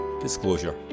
disclosure